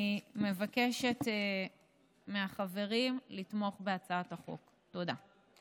אני מבקשת מהחברים לתמוך בהצעת החוק, תודה.